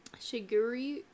shiguri